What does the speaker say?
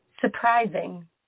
surprising